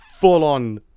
full-on